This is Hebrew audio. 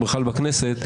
ובכלל בכנסת,